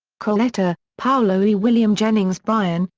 coletta, paolo e. william jennings bryan,